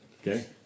Okay